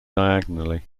diagonally